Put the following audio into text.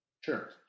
Sure